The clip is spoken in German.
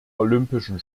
olympischen